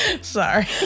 Sorry